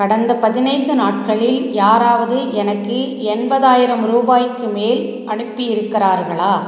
கடந்த பதினைந்து நாட்களில் யாராவது எனக்கு எண்பதாயிரம் ரூபாய்க்கு மேல் அனுப்பி இருக்கிறார்களா